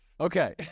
Okay